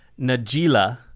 Najila